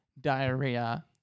diarrhea